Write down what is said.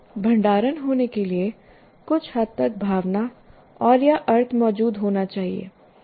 भंडारण होने के लिए कुछ हद तक भावना औरया अर्थ मौजूद होना चाहिए